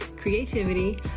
creativity